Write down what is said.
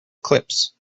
clips